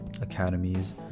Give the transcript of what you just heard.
academies